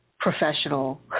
professional